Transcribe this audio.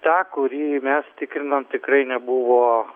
tą kurį mes tikrinome tikrai nebuvo